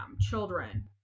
children